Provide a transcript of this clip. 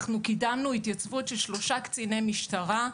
אנחנו קידמנו התייצבות של שלושה קציני משטרה,